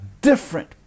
different